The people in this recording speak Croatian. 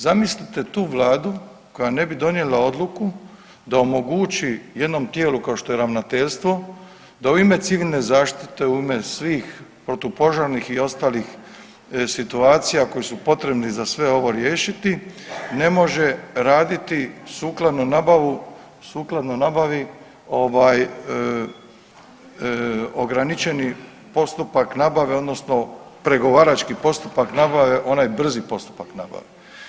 Zamislite tu Vladu koja ne bi donijela odluku da omogući jednom tijelu, kao što je Ravnateljstvo, da u ime u civilne zaštite, u ime svih protupožarnih i ostalih situacija koje su potrebni za sve ovo riješiti, ne može raditi sukladno nabavi ovaj, ograničeni postupak nabave, odnosno pregovarački postupak nabave, onaj brzi postupak nabave.